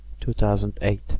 2008